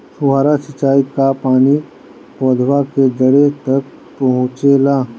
फुहारा सिंचाई का पानी पौधवा के जड़े तक पहुचे ला?